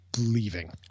leaving